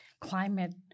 climate